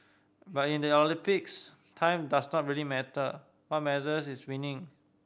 but in the Olympics time does not really matter what matters is winning